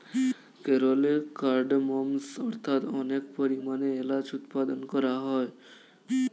কেরলে কার্ডমমস্ অর্থাৎ অনেক পরিমাণে এলাচ উৎপাদন করা হয়